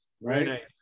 right